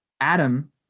Adam